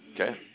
Okay